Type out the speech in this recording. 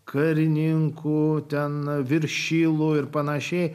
karininkų ten viršilų ir pan